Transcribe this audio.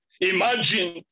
Imagine